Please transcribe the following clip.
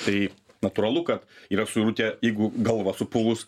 tai natūralu kad yra suirutė jeigu galvą supuvus